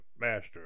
master